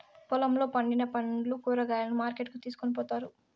పొలంలో పండిన పండ్లు, కూరగాయలను మార్కెట్ కి తీసుకొని పోతారు